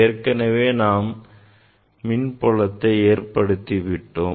ஏற்கனவே நாம் மின்புலத்தை ஏற்படுத்தி விட்டோம்